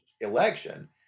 election